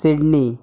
Sydney